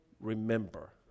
remember